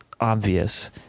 obvious